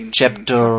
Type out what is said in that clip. chapter